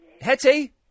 Hetty